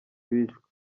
bishwe